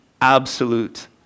Absolute